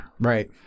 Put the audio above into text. Right